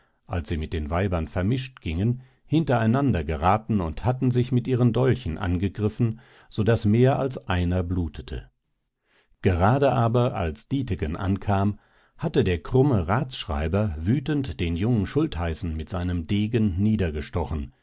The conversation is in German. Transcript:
als sie mit den weibern vermischt gingen hintereinander geraten und hatten sich mit ihren dolchen angegriffen so daß mehr als einer blutete gerade aber als dietegen ankam hatte der krumme ratsschreiber wütend den jungen schultheißen mit seinem degen niedergestochen